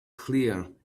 clear